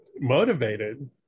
motivated